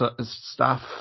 staff